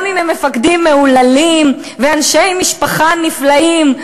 גם אם הם מפקדים מהוללים ואנשי משפחה נפלאים,